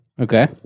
Okay